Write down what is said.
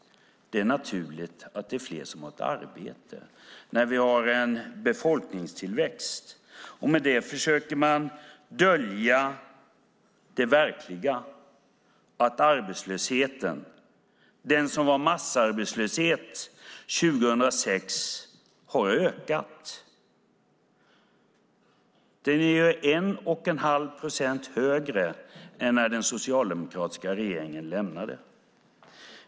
Det är naturligt att det är fler som har ett arbete när vi har en befolkningstillväxt. Med det försöker man dölja verkligheten, nämligen att det som var massarbetslöshet 2006 har ökat. Den är 1 1⁄2 procent högre än när den socialdemokratiska regeringen lämnade.